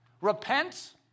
Repent